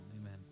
amen